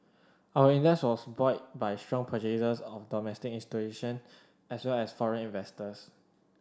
our index was buoyed by strong purchases of domestic institution as well as foreign investors